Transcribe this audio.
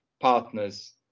partners